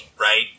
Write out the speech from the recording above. right